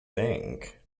think